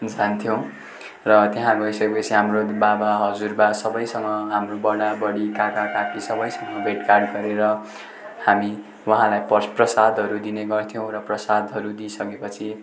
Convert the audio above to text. जान्थ्यौँ र त्यहाँ गइसकेपछि हाम्रो बाबा हजुरबा सबैसँग हाम्रो बडा बडी काका काकी सबैसँग भेटघाट गरेर हामी वहाँलाई प्र प्रसादहरू दिने गर्थ्यौँ र प्रसादहरू दिइसकेपछि